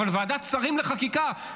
אבל ועדת שרים לחקיקה,